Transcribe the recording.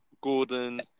Gordon